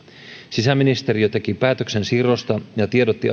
sisäministeriö teki päätöksen siirrosta ja tiedotti